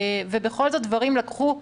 ובכל זאת דברים לקחו זמן.